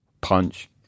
punch